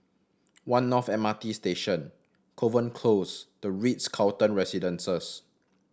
One North M R T Station Kovan Close The Ritz Carlton Residences